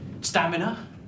Stamina